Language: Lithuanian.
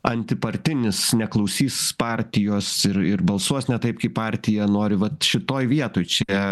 antipartinis neklausys partijos ir ir balsuos ne taip kaip partija nori vat šitoj vietoj čia